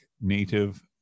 native